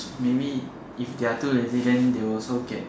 maybe if they are too lazy then they will also get